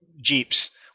jeeps